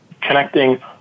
connecting